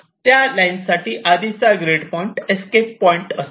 त्या लाईन साठी आधीचा ग्रीड पॉईंट एस्केप पॉईंट असेल